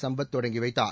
சும்பத் தொடங்கி வைத்தார்